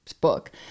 book